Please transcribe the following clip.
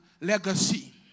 legacy